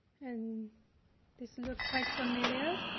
and this look quite familiar,